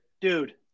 Dude